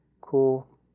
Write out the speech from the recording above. cool